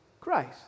Christ